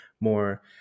more